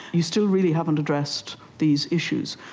you still really haven't addressed these issues.